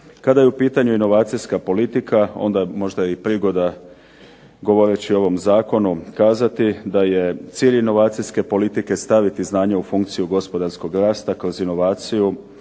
Kada je u pitanu inovacijska politika, onda možda i prigoda govoreći o ovom zakonu kazati da je cilj inovacijske politike staviti znanje u funkciju gospodarskog rasta kroz inovaciju,